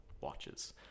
watches